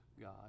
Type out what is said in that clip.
God